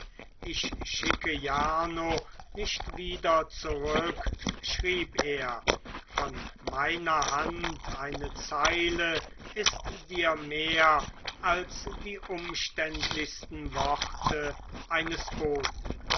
ich schicke jarno nicht wieder zurück schrieb er von meiner hand eine zeile ist dir mehr als die umständlichsten worte eines boten